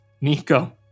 Nico